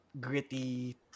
gritty